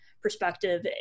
perspective